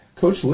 Coach